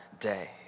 Day